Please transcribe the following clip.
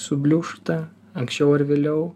subliūšta anksčiau ar vėliau